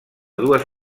dues